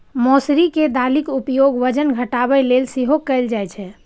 मौसरी के दालिक उपयोग वजन घटाबै लेल सेहो कैल जाइ छै